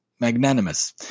magnanimous